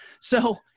So-